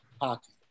hockey